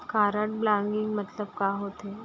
Card blocking मतलब का होथे?